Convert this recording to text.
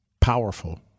powerful